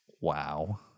Wow